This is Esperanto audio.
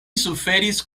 suferis